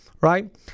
right